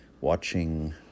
watching